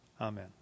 Amen